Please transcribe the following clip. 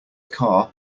car